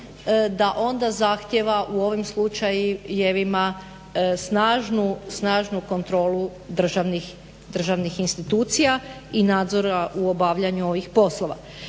da onda zahtijeva u ovim slučajevima snažnu kontrolu državnih institucija i nadzora u obavljanju ovih poslova.